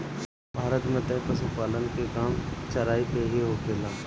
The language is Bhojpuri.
भारत में तअ पशुपालन के काम चराई पे ही होखेला